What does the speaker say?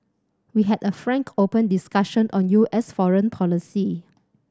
we had a frank open discussion on U S foreign policy